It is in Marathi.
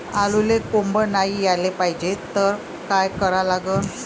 आलूले कोंब नाई याले पायजे त का करा लागन?